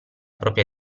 propria